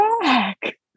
back